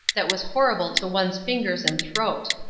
that was horrible to one's fingers and throat.